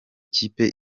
kipe